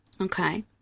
Okay